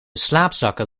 slaapzakken